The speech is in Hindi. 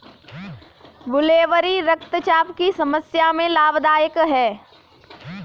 ब्लूबेरी रक्तचाप की समस्या में लाभदायक है